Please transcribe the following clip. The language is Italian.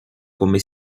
come